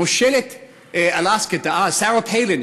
מושלת אלסקה דאז שרה פיילין,